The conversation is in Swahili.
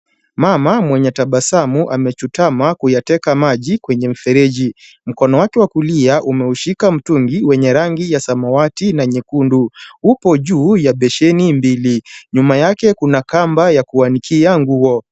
Mama mwenye tabasamu amechutama kuyateka maji kwenye mfereji. Mkono wake wa kulia umeushika mtungi wenye rangi ya samawati na nyekundu, upo juu ya besheni mbili. Nyuma yake kuna kamba ya kuanikia nguo.